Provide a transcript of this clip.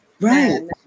Right